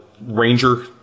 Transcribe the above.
ranger